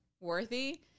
worthy